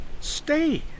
Stay